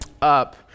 up